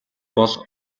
бол